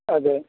അതെ